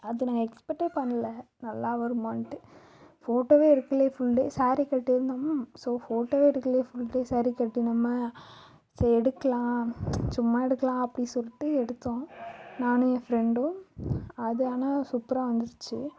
அதை நான் எக்ஸ்பெக்ட்டே பண்ணல நல்லா வருமான்ட்டு ஃபோட்டோவே எடுக்கலை ஃபுல் டே ஸேரீ கட்டிருந்தோம் ஸோ ஃபோட்டோவே எடுக்கல ஃபுல் டே ஸேரீ கட்டி நம்ம சரி எடுக்கலாம் சும்மா எடுக்கலாம் அப்படி சொல்லிட்டு எடுத்தோம் நானும் என் ஃப்ரெண்டும் அது ஆனால் சூப்பராக வந்துடுச்சி